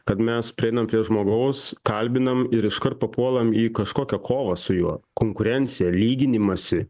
kad mes prieinam prie žmogaus kalbinam ir iškart papuolam į kažkokią kovą su juo konkurenciją lyginimąsi